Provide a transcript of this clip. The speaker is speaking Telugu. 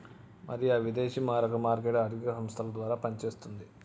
మరి ఆ విదేశీ మారక మార్కెట్ ఆర్థిక సంస్థల ద్వారా పనిచేస్తుంది